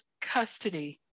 custody